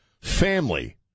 family